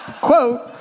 Quote